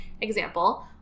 example